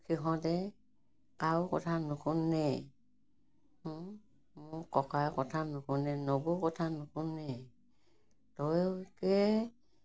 সিহঁতে কাৰো কথা নুশুনে মোৰ ককাৰ কথা নুশুনে নবৌৰ কথা নুশুনেই তয়ো সেয়েহে